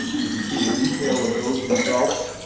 you can see the detail of those results.